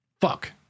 Fuck